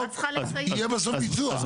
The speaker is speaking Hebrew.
יהיה בסוף ביצוע.